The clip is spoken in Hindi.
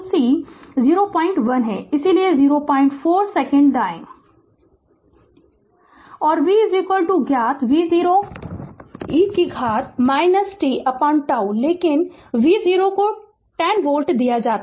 Refer Slide Time 2232 और v ज्ञात v0 e को घात tτ लेकिन v0 को 10 वोल्ट दिया जाता है